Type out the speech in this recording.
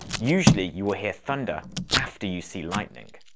usually you will hear thunder after you see lightning.